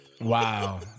Wow